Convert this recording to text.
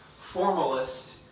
Formalist